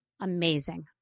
amazing